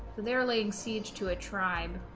they're laying siege to a tribe